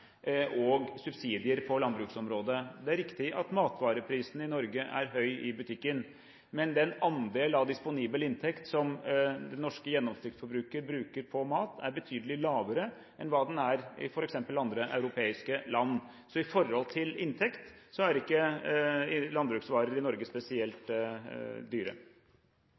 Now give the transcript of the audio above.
og subsidier på landbruksområdet. Det er riktig at matvareprisene i Norge er høye i butikken, men den andel av disponibel inntekt som den norske gjennomsnittsforbrukeren bruker på mat, er betydelig lavere enn i f.eks. andre europeiske land. Med hensyn til inntekt er ikke landbruksvarer i Norge spesielt dyre.